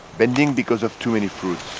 bending because of too many fruits